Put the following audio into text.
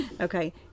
Okay